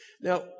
Now